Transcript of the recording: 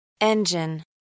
Engine